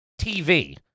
TV